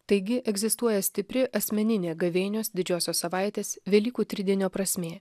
taigi egzistuoja stipri asmeninė gavėnios didžiosios savaitės velykų tridienio prasmė